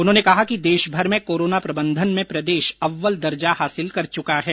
उन्होंने कहा कि देश भर में कोरोना प्रबंधन में प्रदेश अव्वल दर्जा हासिल कर चुका है